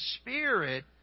spirit